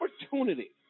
opportunity